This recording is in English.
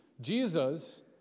Jesus